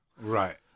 right